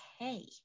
okay